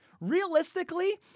Realistically